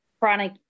chronic